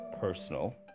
personal